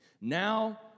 now